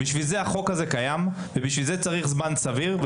לכן החוק הזה קיים ולכן צריך זמן סביר.